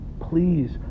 Please